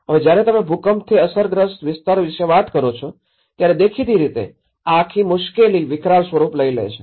હવે જ્યારે તમે ભૂકંપથી અસરગ્રસ્ત વિસ્તાર વિશે વાત કરો છો ત્યારે દેખીતી રીતે આ આખી મુશ્કેલી વિકરાળ સ્વરૂપ લઇ શકે છે